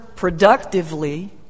Productively